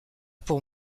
pour